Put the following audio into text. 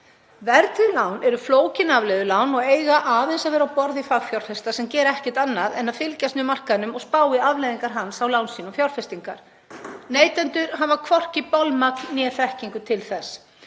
Verðtryggð lán eru flókin afleiðulán og eiga aðeins að vera á borði fagfjárfesta sem gera ekkert annað en að fylgjast með markaðinum og spá í afleiðingar hans á lán sín og fjárfestingar. Neytendur hafa hvorki bolmagn né þekkingu til þess